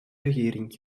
regering